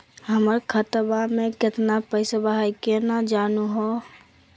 हमर खतवा मे केतना पैसवा हई, केना जानहु हो?